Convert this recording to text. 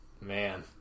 Man